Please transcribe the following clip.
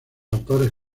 autores